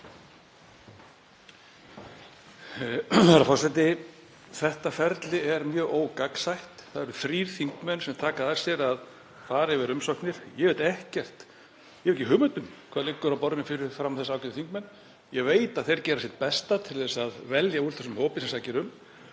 Þetta ferli er mjög ógagnsætt. Það eru þrír þingmenn sem taka að sér að fara yfir umsóknir. Ég hef ekki hugmynd um hvað liggur á borðinu fyrir framan þá ágætu þingmenn. Ég veit að þeir gera sitt besta til að velja úr þessum hópi sem sækir um.